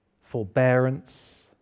forbearance